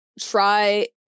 try